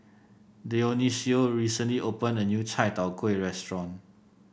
Dionicio recently opened a new Chai Tow Kway Restaurant